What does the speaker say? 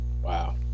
Wow